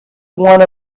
one